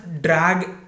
drag